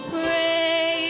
pray